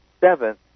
seventh